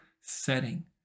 setting